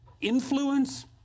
influence